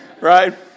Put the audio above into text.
right